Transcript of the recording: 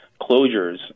closures